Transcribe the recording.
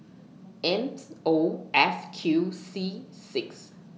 M O F Q C six